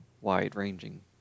wide-ranging